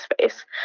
space